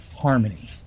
harmony